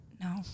No